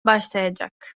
başlayacak